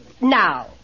Now